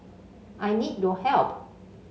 I need your help